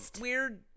weird